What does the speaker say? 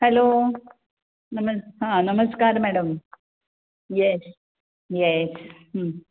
hello नमस् हां नमस्कार मॅडम येस येस